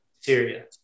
Syria